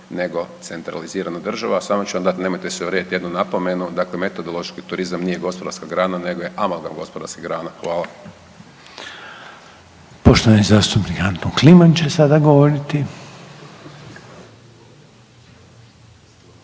nego centralizirana država. Samo ću vam dat, nemojte se uvrijediti jednu napomenu, dakle, metodološki turizam nije gospodarska grana nego je amalgam gospodarske grane. Hvala. **Reiner, Željko (HDZ)** Poštovani zastupnik Anton Kliman će sada govoriti.